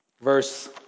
verse